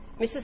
Mrs